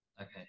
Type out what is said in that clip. Okay